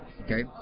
Okay